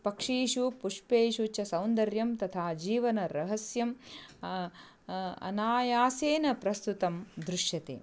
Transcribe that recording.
पक्षिषु पुष्पेषु च सौन्दर्यं तथा जीवनरहस्यं अनायासेन प्रस्तुतं दृश्यते